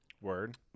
Word